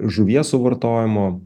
žuvies suvartojimo